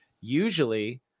Usually